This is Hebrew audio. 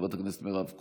חברת הכנסת מירב כהן,